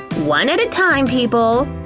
one at at time, people!